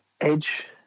edge